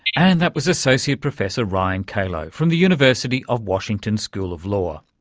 and that was associate professor ryan calo from the university of washington school of law.